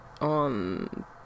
on